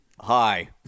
hi